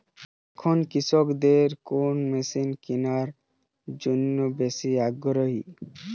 এখন কৃষকদের কোন মেশিন কেনার জন্য বেশি আগ্রহী?